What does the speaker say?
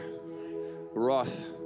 wrath